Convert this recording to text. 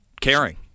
caring